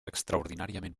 extraordinàriament